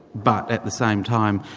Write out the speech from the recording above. but at the same time,